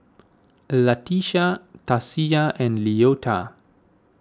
Latisha Tasia and Leota